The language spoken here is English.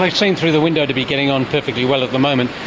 they seem through the window to be getting on perfectly well at the moment.